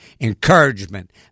encouragement